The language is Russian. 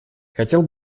хотел